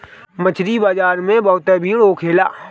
मछरी बाजार में बहुते भीड़ होखेला